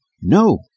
No